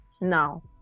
now